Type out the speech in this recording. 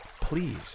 Please